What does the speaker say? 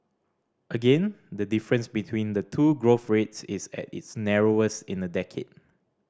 again the difference between the two growth rates is at its narrowest in a decade